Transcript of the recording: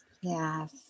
Yes